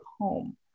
home